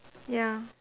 ya